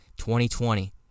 2020